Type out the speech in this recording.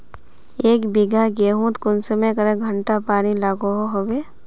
एक बिगहा गेँहूत कुंसम करे घंटा पानी लागोहो होबे?